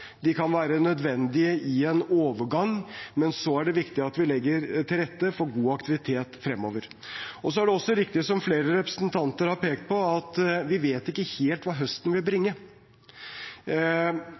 De kan være nødvendige i en overgang, men så er det viktig at vi legger til rette for god aktivitet fremover. Så er det også riktig som flere representanter har pekt på, at vi vet ikke helt hva høsten vil